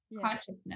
consciousness